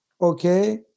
okay